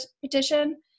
petition